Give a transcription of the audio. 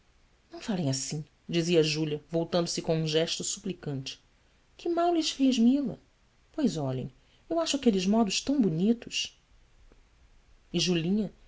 não falem assim dizia júlia voltando-se com um gesto suplicante que mal lhes fez mila pois olhem eu acho aqueles modos tão bonitos e julinha